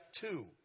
two